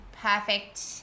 Perfect